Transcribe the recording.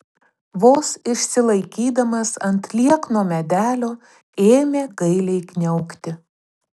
vos išsilaikydamas ant liekno medelio ėmė gailiai kniaukti